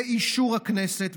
באישור הכנסת,